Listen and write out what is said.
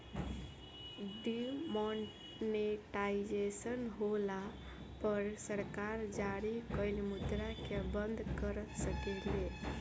demonetisation होला पर सरकार जारी कइल मुद्रा के बंद कर सकेले